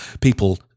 people